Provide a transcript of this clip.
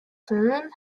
finland